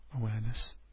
awareness